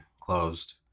closed